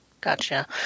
gotcha